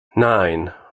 nine